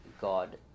God